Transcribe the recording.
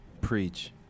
Preach